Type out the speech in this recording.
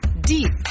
deep